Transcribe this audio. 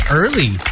early